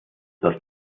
dass